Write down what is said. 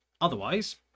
Otherwise